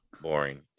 boring